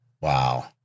Wow